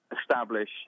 establish